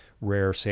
rare